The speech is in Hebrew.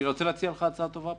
אני רוצה להציע לך הצעה טובה.